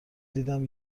دیدم